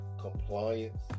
compliance